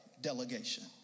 delegation